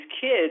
kids